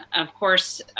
of course,